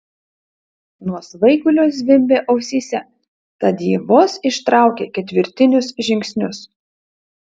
nuo svaigulio zvimbė ausyse tad ji vos ištraukė ketvirtinius žingsnius